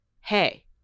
hey